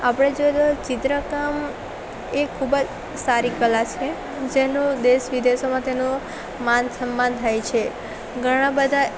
આપણે જોઈએ તો ચિત્રકામ એ ખૂબ જ સારી કલા છે જેનો દેશ વિદેશોમાં તેનો માન સન્માન થાય છે ઘણા બધા